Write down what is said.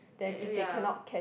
eh ya